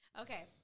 Okay